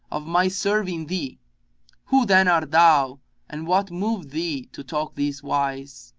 of my serving thee who then art thou and what moved thee to talk this wise?